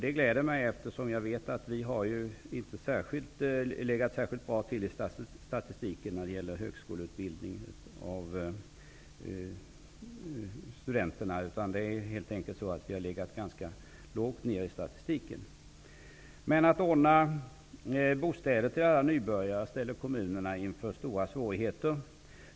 Det glädjer mig, eftersom jag vet att Sverige inte har legat särskilt bra till i statistiken när det gäller högskoleutbildning, utan vi har helt enkelt legat ganska långt ner i statistiken. Att ordna bostäder till alla nybörjare ställer emellertid kommunerna inför stora svårigheter.